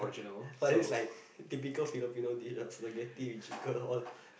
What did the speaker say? but it's like typical Filipino dish ah spaghetti with chicken all